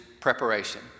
preparation